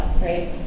right